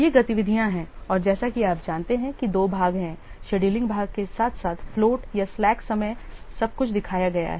ये गतिविधियां हैं और जैसा कि आप जानते हैं कि दो भाग हैं शेड्यूलिंग भाग के साथ साथ फ्लोट या slack समय सब कुछ दिखाया गया है